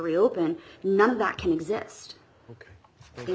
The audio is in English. reopen none of that can exist a